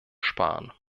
sparen